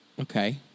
Okay